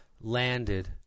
landed